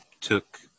took